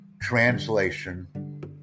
translation